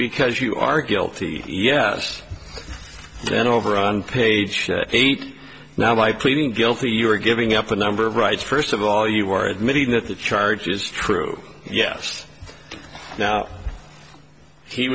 because you are guilty yes then over on page eight now by pleading guilty you're giving up a number of rights first of all you are admitting that the charge is true yes now he